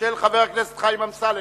של חבר הכנסת חיים אמסלם.